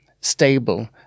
stable